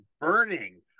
burning